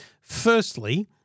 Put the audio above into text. firstly